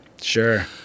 Sure